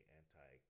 anti